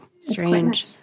strange